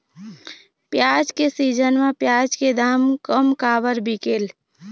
प्याज के सीजन म प्याज के दाम कम काबर बिकेल?